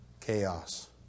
Chaos